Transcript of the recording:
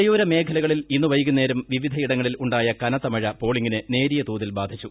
മലയോര മേഖലകളിൽ ഇന്ന് വൈകുന്നേരം വിവിധയിടങ്ങളിൽ ഉണ്ടായ കനത്ത മഴ പോളിംഗിനെ നേരിയ തോതിൽ ബാധിച്ചു